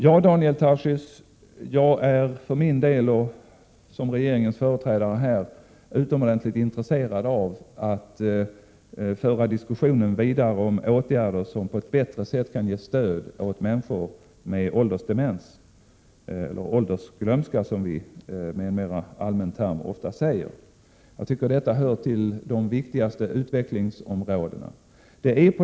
Ja, Daniel Tarschys, jag är för min del och som regeringens företrädare utomordentligt intresserad av att föra vidare diskussionen om åtgärder som på ett bättre sätt kan ge stöd åt människor med åldersdemens, eller åldersglömska som vi med en mera allmän term ofta säger. Jag tycker detta hör till de viktigaste utvecklingsområdena.